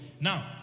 Now